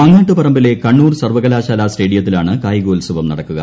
മാങ്ങാട്ടുപറമ്പിലെ കണ്ണൂർ സർവ്വകുലാശാല സ്റ്റേഡിയത്തിലാണ് കായികോത്സവം നടക്കുക